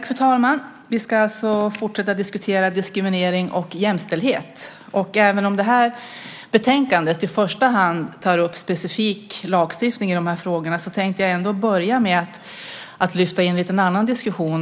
Fru talman! Vi ska fortsätta att diskutera diskriminering och jämställdhet. Även om det här betänkandet i första hand tar upp specifik lagstiftning i de här frågorna tänker jag börja med att lyfta in en annan diskussion.